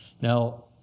Now